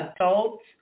adults